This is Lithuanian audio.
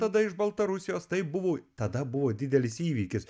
tada iš baltarusijos taip buvo tada buvo didelis įvykis